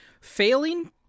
failing